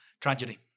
tragedy